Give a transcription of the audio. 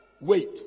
wait